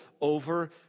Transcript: over